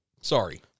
Sorry